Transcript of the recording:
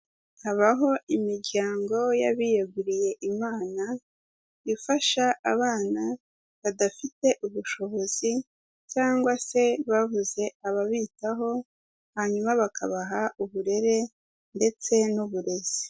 Habaho imiryango y'abiyeguriye Imana, ifasha abana badafite ubushobozi cyangwa se babuze ababitaho, hanyuma bakabaha uburere ndetse n'uburezi.